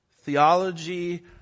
theology